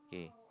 okay